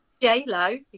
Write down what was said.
J-Lo